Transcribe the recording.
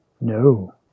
No